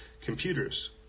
computers